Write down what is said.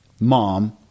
mom